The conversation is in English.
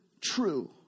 true